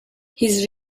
his